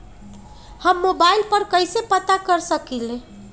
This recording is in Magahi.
हम मोबाइल पर कईसे पता कर सकींले?